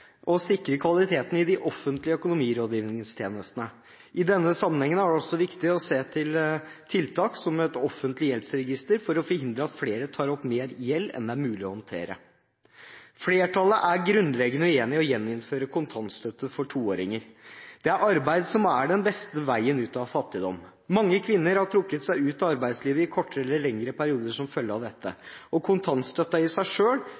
å sikre kvaliteten i de offentlige økonomirådgivningstjenestene. I denne sammenhengen er det også viktig å se til tiltak som et offentlig gjeldsregister for å forhindre at flere tar opp mer gjeld enn det er mulig å håndtere. Flertallet er grunnleggende uenig i å gjeninnføre kontantstøtte for toåringer. Det er arbeid som er den beste veien ut av fattigdom. Mange kvinner har trukket seg ut av arbeidslivet i kortere eller lengre perioder som en følge av dette, og kontantstøtten i seg